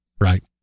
right